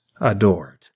adored